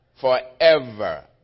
Forever